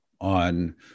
on